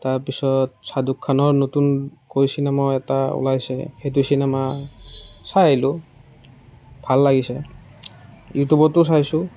তাৰপিছত শ্বাহৰুখ খানৰ নতুনকৈ চিনেমা এটা ওলাইছে সেইটো চিনেমা চাই আহিলোঁ ভাল লাগিছে ইউটিউবটো চাইছোঁ